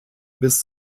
bis